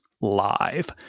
live